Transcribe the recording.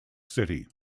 city